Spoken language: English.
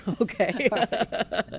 Okay